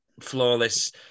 flawless